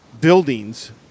buildings